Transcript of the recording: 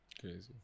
Crazy